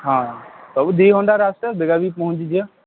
ହଁ ସବୁ ଦୁଇ ଘଣ୍ଟା ରାସ୍ତା ବେଗା ବେଗି ପହଞ୍ଚିଯିବା